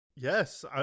Yes